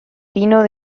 pino